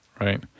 right